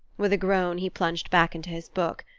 with a groan he plunged back into his book.